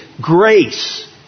grace